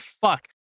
fuck